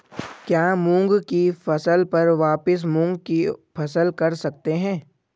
क्या मूंग की फसल पर वापिस मूंग की फसल कर सकते हैं?